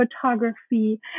photography